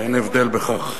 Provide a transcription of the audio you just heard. ואין הבדל בכך.